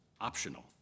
optional